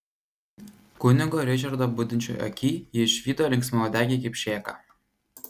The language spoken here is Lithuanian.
kunigo ričardo budinčioj aky ji išvydo linksmauodegį kipšėką